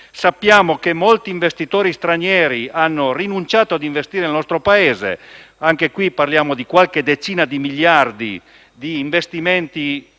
Sappiamo che molti investitori stranieri hanno rinunciato a investire nel nostro Paese. Anche in questo caso, parliamo di qualche decina di miliardi di investimenti